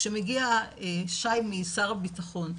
כשמגיע שי משר הבטחון,